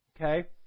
Okay